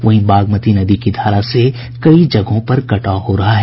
वहीं बागमती नदी की धारा से कई जगहों पर कटाव हो रहा है